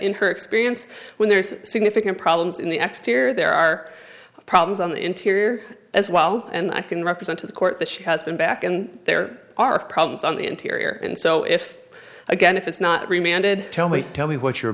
in her experience when there's significant problems in the next year there are problems on the interior as well and i can represent to the court that she has been back and there are problems on the interior and so if again if it's not reminded tell me tell me what your